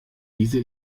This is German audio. diese